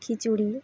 খিচুড়ি